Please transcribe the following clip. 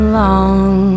long